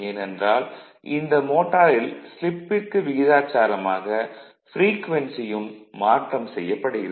ஏனென்றால் இந்த மோட்டாரில் ஸ்லிப்பிற்கு விகிதாச்சாரமாக ப்ரீக்வென்சியும் மாற்றம் செய்யப்படுகிறது